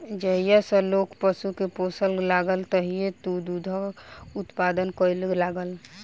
जहिया सॅ लोक पशु के पोसय लागल तहिये सॅ दूधक उत्पादन करय लागल